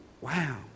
Wow